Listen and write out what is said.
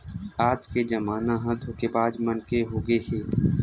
आज के जमाना ह धोखेबाज मन के होगे हे